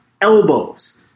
elbows